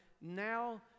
now